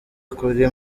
kuri